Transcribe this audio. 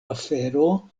afero